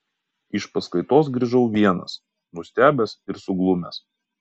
iš paskaitos grįžau vienas nustebęs ir suglumęs